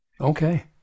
okay